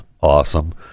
awesome